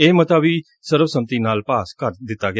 ਇਹ ਮਤਾ ਵੀ ਸਰਬ ਸੰਮਤੀ ਨਾਲ ਪਾਸ ਕਰ ਦਿੱਤਾ ਗਿਆ